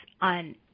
on